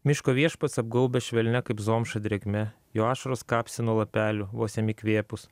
miško viešpats apgaubia švelnia kaip zomša drėgme jo ašaros kapsi nuo lapelių vos jam įkvėpus